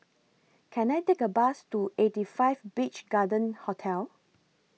Can I Take A Bus to eighty five Beach Garden Hotel